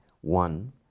One